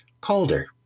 Colder